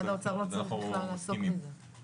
משרד האוצר לא צריך בכלל לעסוק בזה.